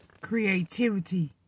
creativity